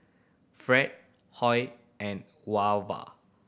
Fred Hoy and Wava